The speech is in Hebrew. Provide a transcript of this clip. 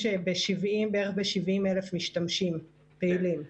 ב-70 אלף משתמשים פעילים.